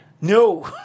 No